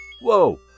Whoa